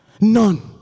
None